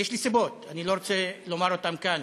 יש לי סיבות, אני לא רוצה לומר אותן כאן.